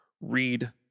read